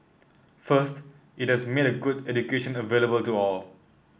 first it has made a good education available to all